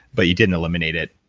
but you didn't eliminate it.